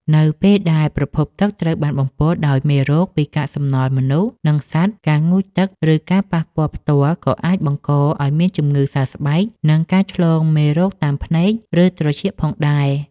នៅពេលដែលប្រភពទឹកត្រូវបានបំពុលដោយមេរោគពីកាកសំណល់មនុស្ស និងសត្វ ការងូតទឹក ឬការប៉ះពាល់ផ្ទាល់ក៏អាចបង្កឱ្យមានជំងឺសើស្បែក និងការឆ្លងមេរោគតាមភ្នែក ឬត្រចៀកផងដែរ។